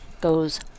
goes